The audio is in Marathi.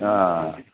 हा